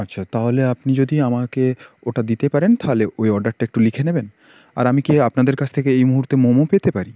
আচ্ছা তাহলে আপনি যদি আমাকে ওটা দিতে পারেন তাহলে ওই অর্ডারটা একটু লিখে নেবেন আর আমি কি আপনাদের কাছ থেকে এই মুহূর্তে মোমো পেতে পারি